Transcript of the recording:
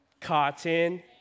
cotton